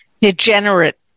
degenerate